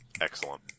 Excellent